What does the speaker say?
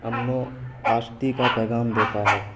امن و آشتی کا پیغام دیتا ہے